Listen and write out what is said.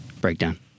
Breakdown